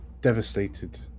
devastated